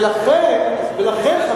ולכן,